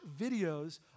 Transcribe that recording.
videos